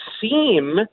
seem